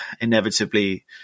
inevitably